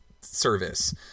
service